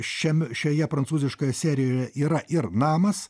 šiam šioje prancūziškoje serijoje yra ir namas